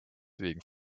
wegen